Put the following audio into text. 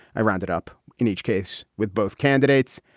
i rounded up in each case with both candidates.